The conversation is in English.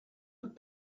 not